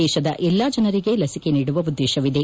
ದೇಶದ ಎಲ್ಲಾ ಜನರಿಗೆ ಲಸಿಕೆ ನೀಡುವ ಉದ್ದೇಶವಿದೆ